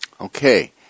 Okay